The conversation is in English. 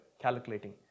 calculating